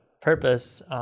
purpose